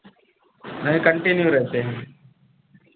नहीं कन्टिन्यू रहते हैं